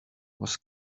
was